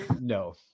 no